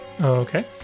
okay